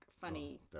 funny